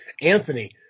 Anthony